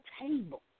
table